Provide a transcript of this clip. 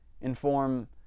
inform